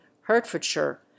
Hertfordshire